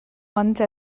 once